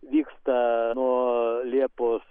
vyksta nuo liepos